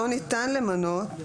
אותו ניתן למנות.